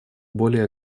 более